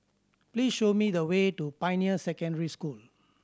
please show me the way to Pioneer Secondary School